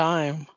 Time